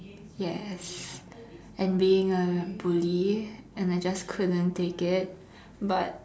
yes and being a bully and I just couldn't take it but